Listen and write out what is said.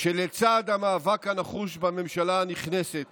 שלצד המאבק הנחוש בממשלה הנכנסת